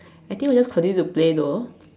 I think we'll just continue to play though